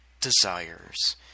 desires